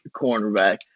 cornerback